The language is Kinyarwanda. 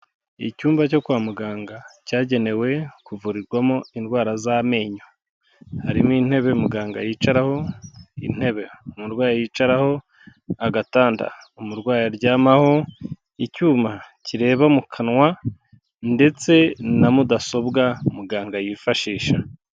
Icyumba cyo kwa muganga cyagenewe kuvurirwamo indwara z'amenyo, harimo: intebe muganga yicaraho, intebe umurwayi yicaraho, agatanda umurwayi aryamaho, icyuma kireba mu kanwa ndetse na mudasobwa muganga yifashisha.